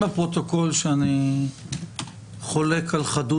שיירשם בפרוטוקול שאני חולק על חדות